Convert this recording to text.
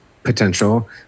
potential